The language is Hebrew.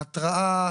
ההתראה,